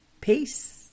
Peace